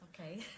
Okay